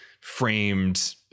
framed